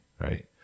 right